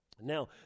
Now